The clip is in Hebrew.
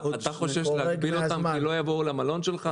אתה חושש להגביל אותם כי לא יבואו למלון שלך?